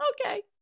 Okay